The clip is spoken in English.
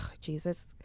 Jesus